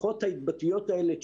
ההתבטאויות האלה,